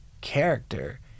character